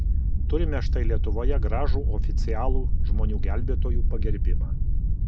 turime štai lietuvoje gražų oficialų žmonių gelbėtojų pagerbimą